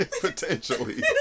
Potentially